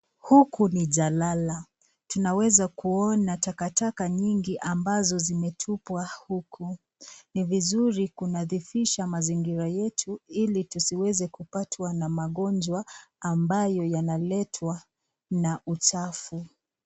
Huku ni jalala. Tunaweza kuona takataka nyingi ambazo zimetupwa huku. Ni vizuri kunadhifisha mazingira yetu, ili tusiweze kupatwa na magonjwa ambayo yanaletwa na uchafu.